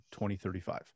2035